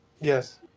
Yes